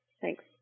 Thanks